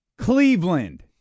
Cleveland